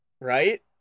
Right